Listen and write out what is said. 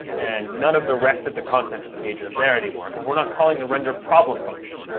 and none of the rest of the content of the page is there anymore because we're not calling the render problem function,